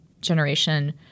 generation